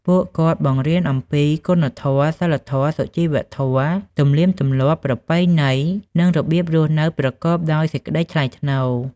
ពួកគាត់បង្រៀនអំពី គុណធម៌ សីលធម៌ សុជីវធម៌ ទំនៀមទម្លាប់ ប្រពៃណី និងរបៀបរស់នៅប្រកបដោយសេចក្តីថ្លៃថ្នូរ។